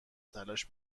تلاش